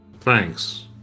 Thanks